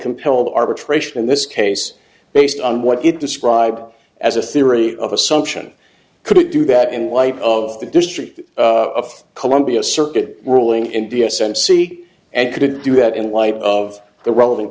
compel the arbitration in this case based on what it described as a theory of assumption could it do that in light of the district of columbia circuit ruling in d s m c and could do that in light of the relevant